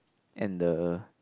and the